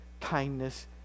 kindness